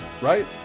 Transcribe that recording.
right